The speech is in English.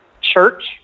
church